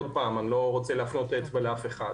עוד פעם אני לא רוצה להפנות אצבע לאף אחד.